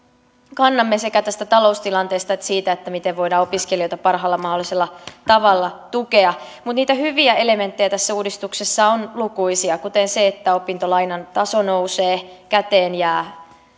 kannamme sekä tästä taloustilanteesta että siitä miten voidaan opiskelijoita parhaalla mahdollisella tavalla tukea mutta niitä hyviä elementtejä tässä uudistuksessa on lukuisia kuten se että opintolainan taso nousee käteen jää